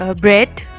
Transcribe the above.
Bread